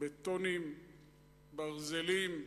בטונים, ברזלים,